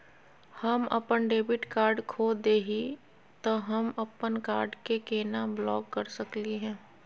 हम अपन debit card खो दे ही, त हम अप्पन कार्ड के केना ब्लॉक कर सकली हे?